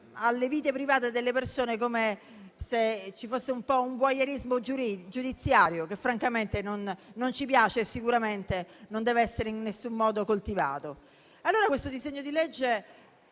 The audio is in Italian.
le vite private delle persone, con un certo voyerismo giudiziario che francamente non ci piace e che sicuramente non deve essere in alcun modo coltivato. Questo disegno di legge